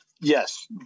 yes